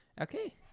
okay